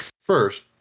first